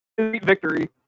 victory